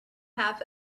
half